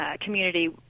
community